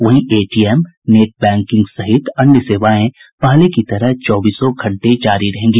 वहीं ATM net banking सहित अन्य सेवाएं पहले की तरह चौबीस घंटे जारी रहेगी